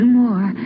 more